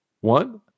one